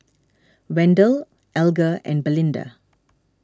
Wendell Alger and Belinda